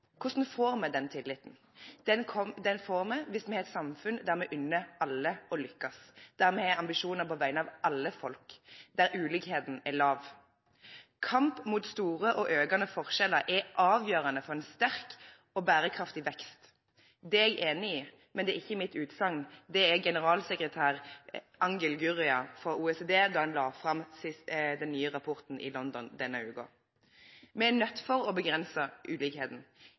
Hvordan får man den tilliten? Den får vi hvis vi har et samfunn der vi unner alle å lykkes, der vi har ambisjoner på vegne av alle folk, der ulikheten er liten. Kamp mot store og økende forskjeller er avgjørende for en sterk og bærekraftig vekst, det er jeg enig i. Men det er ikke mitt utsagn, det er generalsekretær Angel Gurria, fra OECD, sitt utsagn da han la fram den nye rapporten i London denne uken. Vi er nødt til å begrense ulikheten,